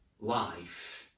life